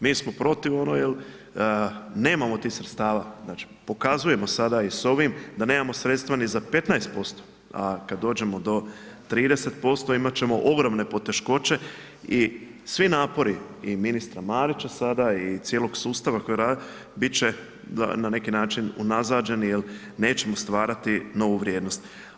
Mi smo protiv jel nemamo tih sredstva, znači, pokazujemo sada i s ovim da nemamo sredstva ni za 15%, a kad dođemo do 30% imat ćemo ogromne poteškoće i svi napori i ministra Marića sada i cijelog sustava koji radi, bit će na neki način unazađeni jel nećemo stvarati novu vrijednost.